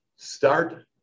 start